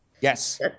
Yes